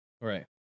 right